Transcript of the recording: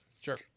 Sure